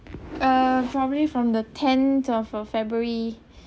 uh probably from the tenth of uh february